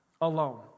alone